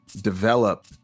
develop